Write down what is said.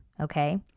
Okay